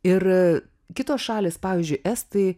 ir kitos šalys pavyzdžiui estai